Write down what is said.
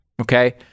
Okay